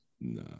Nah